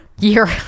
Year